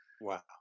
Wow